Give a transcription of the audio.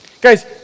Guys